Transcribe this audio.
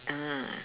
ah